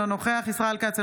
אינו נוכח ישראל כץ,